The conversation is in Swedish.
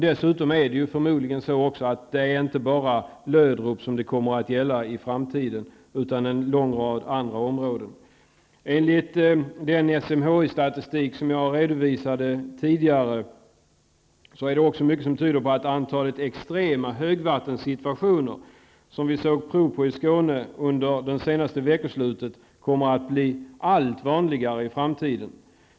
Dessutom är det förmodligen inte bara Löderup som det i framtiden kommer att handla om utan också en lång rad andra områden. Enligt den SMHI-statistik som jag tidigare redovisade är det mycket som tyder på att antalet extrema högvattenssituationer -- under det senaste veckoslutet såg vi exempel på sådana -- blir allt vanligare i framtiden.